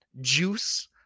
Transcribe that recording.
juice